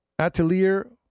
Atelier